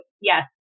yes